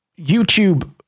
YouTube